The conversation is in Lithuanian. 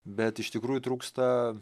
bet iš tikrųjų trūksta